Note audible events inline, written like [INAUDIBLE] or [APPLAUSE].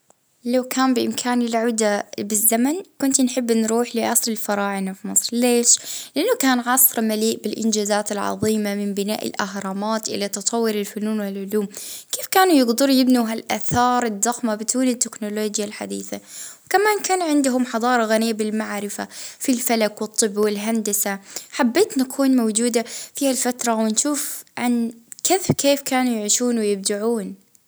اه نحب نرجع للعصر ال-الأندلسي [HESITATION] ونشوف الحضارة معناها كيف كانت اه مزدهرة في هداك الوجت.